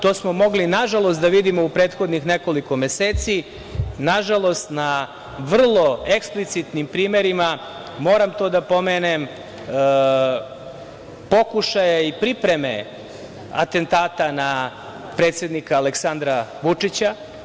To smo mogli, nažalost, da vidimo u prethodnih nekoliko meseci, nažalost, na vrlo eksplicitnim primerima, moram to da pomenem, pokušaja i pripreme atentata na predsednika Aleksandra Vučića.